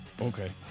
okay